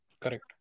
Correct